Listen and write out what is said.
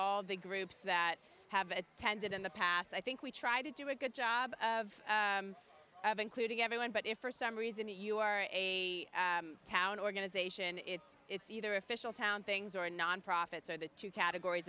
all the groups that have attended in the past i think we try to do a good job of including everyone but if for some reason you are a town organization it's it's either official town things or non profits and the two categories